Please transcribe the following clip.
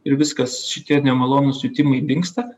ir viskas šitie nemalonūs jutimai dingsta